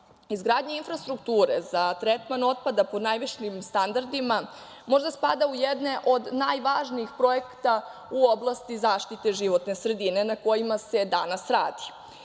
važno. Izgradnja infrastrukture za tretman otpada po najvišim standardima, možda spada u jedne od najvažnijih projekata u oblasti zaštite životne sredine na kojima se danas radi,